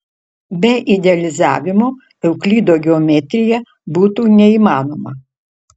be idealizavimo euklido geometrija būtų neįmanoma